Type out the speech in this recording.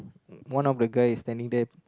one of the guy is standing there